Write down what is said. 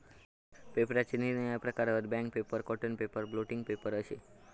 पेपराचे निरनिराळे प्रकार हत, bank paper, cotton paper, blotting paper अशे